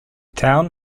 town